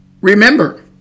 remember